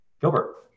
Gilbert